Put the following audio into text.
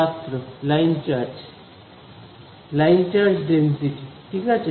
ছাত্র line charge line charge density ঠিক আছে